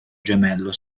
gemello